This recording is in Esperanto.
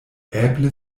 eble